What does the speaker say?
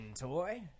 toy